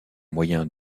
moyen